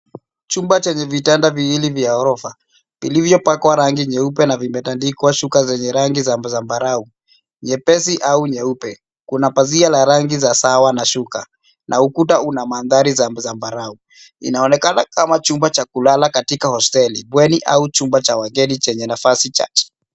Chumba chenye vitanda viwili vya ghorofa vilivyopakwa rangi nyeupe na vimetandikwa shuka zenye rangi za zambarau nyepesi au nyeupe. Kuna pazia la rangi za sawa na shuka, na ukuta una mandhari za zambarau. Inaonekana kama chumba cha kulala katika hosteli, bweni au chumba cha wageni chenye nafasi chache.